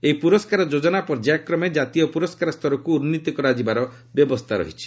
ଏହି ପୁରସ୍କାର ଯୋଜନା ପର୍ଯ୍ୟାୟକ୍ରମେ ଜାତୀୟ ପୁରସ୍କାର ସ୍ତରକୁ ଉନ୍ନୀତ କରାଯିବାର ବ୍ୟବସ୍ଥା ରହିଛି